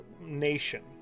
nation